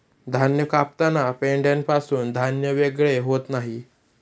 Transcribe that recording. धान्य कापताना पेंढ्यापासून धान्य वेगळे होत नाही